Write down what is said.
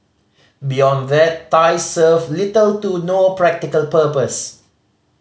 beyond that ties serve little to no practical purpose